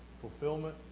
fulfillment